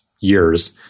years